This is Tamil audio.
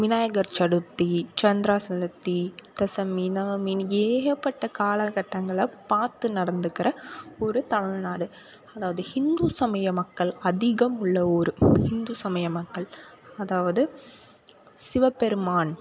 விநாயகர் சதுர்த்தி சந்திரா சதுர்த்தி தசமி நவமின்னு ஏகப்பட்ட கால கட்டங்களை பார்த்து நடந்துக்கிற ஒரு தமிழ்நாடு அதாவது ஹிந்து சமய மக்கள் அதிகம் உள்ள ஊர் ஹிந்து சமய மக்கள் அதாவது சிவபெருமான்